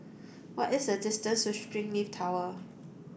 what is the distance to Springleaf Tower